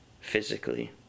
physically